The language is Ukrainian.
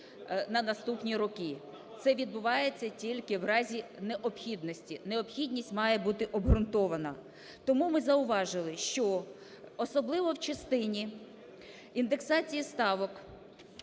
на наступні роки. Це відбувається тільки в разі необхідності. Необхідність має бути обґрунтована. Тому ми зауважили, що особливо в частині індексації ставок,